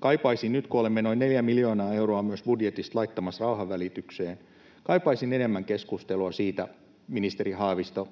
Kaipaisin nyt, kun olemme noin 4 miljoonaa euroa myös budjetista laittamassa rauhanvälitykseen, enemmän keskustelua siitä, ministeri Haavisto,